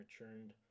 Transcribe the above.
returned